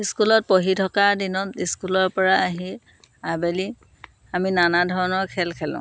স্কুলত পঢ়ি থকা দিনত স্কুলৰ পৰা আহি আবেলি আমি নানা ধৰণৰ খেল খেলোঁ